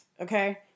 okay